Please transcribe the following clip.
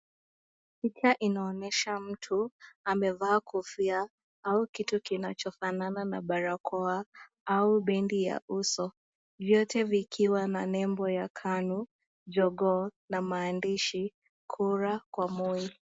Picha inaonyesha mtu amevaa kofia au kitu kinachofanana na barakoa au bendi ya uso. Vyote vikiwa na nembo ya KANU, jogoo na maandishi Kura kwa Moi.